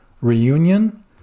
Reunion